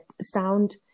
sound